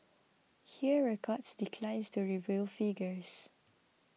Hear Records declines to reveal figures